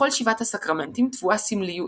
בכל שבעת הסקרמנטים טבועה סמליות,